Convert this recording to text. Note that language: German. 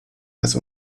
das